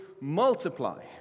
multiply